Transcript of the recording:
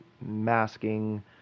masking